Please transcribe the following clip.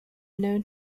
known